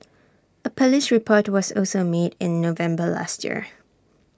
A Police report was also made in November last year